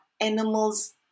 animals